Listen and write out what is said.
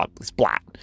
splat